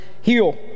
heal